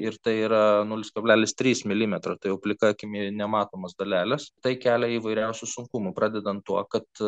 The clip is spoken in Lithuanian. ir tai yra nulis kablelis trys milimetro tai jau plika akimi nematomos dalelės tai kelia įvairiausių sunkumų pradedant tuo kad